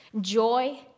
joy